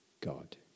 God